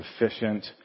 efficient